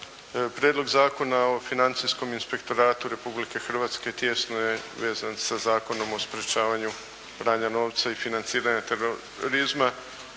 Prijedlog zakona o Financijskom inspektoratu Republike Hrvatske tijesno je vezan sa Zakonom o sprječavanju pranja novca i financiranja terorizma